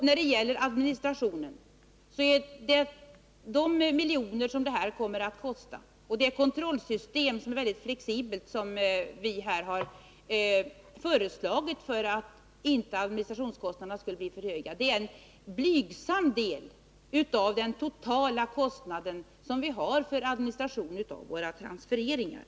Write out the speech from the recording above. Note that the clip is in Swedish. När det gäller administrationen kan man f. ö. säga att de miljoner som det här kommer att kosta, liksom det mycket flexibla kontrollsystem som vi föreslagit för att inte administrationskostnaderna skall bli för höga, utgör en blygsam del av den totala kostnaden för våra transfereringar.